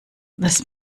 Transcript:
das